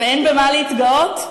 ואין במה להתגאות.